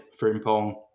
Frimpong